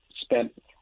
spent